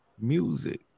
music